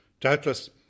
Doubtless